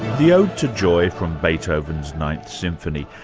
the ode to joy from beethoven's ninth symphony,